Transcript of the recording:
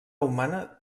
humana